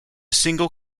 single